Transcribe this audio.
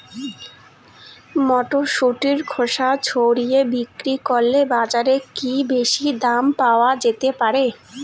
মটরশুটির খোসা ছাড়িয়ে বিক্রি করলে বাজারে কী বেশী দাম পাওয়া যেতে পারে?